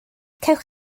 cewch